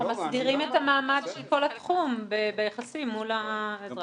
אנחנו מסדירים את המעמד של כל התחום ביחסים מול האזרח.